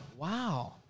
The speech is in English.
Wow